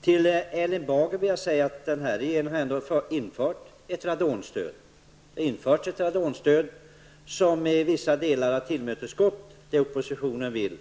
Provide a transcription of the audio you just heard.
Till Erling Bager vill jag säga att den här regeringen har ändå infört ett radonstöd. Det har införts ett radonstöd som i vissa delar har tillmötesgått det oppositionen vill.